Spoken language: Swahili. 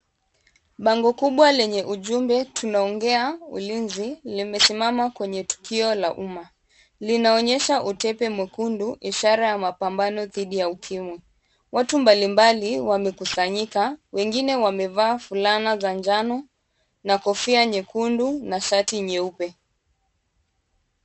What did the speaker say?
Bango kubwa lenye ujumbe tunaongea ulinzi, limesimama kwenye tukio la umma. Linaonyesha utepe mwekundu ishara ya mapambano dhidi ya ukimwi. Watu mbali mbali wamekusanyika, wengine wamevaa fulana za njano na kofia nyekundu na shati nyeupe.